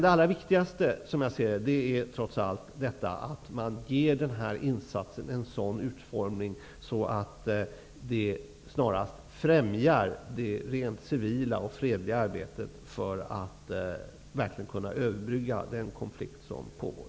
Det allra viktigaste är dock, som jag ser det, att den här insatsen ges en sådan utformning att den främjar det rent civila och fredliga arbetet för att kunna överbrygga den konflikt som pågår.